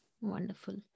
Wonderful